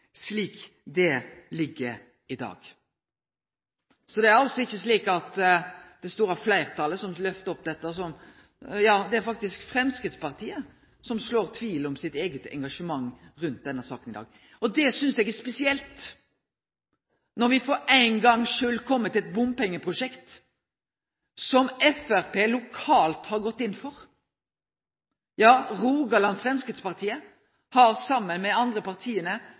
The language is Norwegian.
slik det ligg i dag. Det er altså ikkje slik at det er det store fleirtalet som lyfter opp dette, det er faktisk Framstegspartiet som sår tvil om sitt eige engasjement i denne saka i dag. Det synest eg er spesielt, når me for ein gongs skuld får eit bompengeprosjekt som Framstegspartiet lokalt har gått inn for. Rogaland Framstegsparti har, saman med dei andre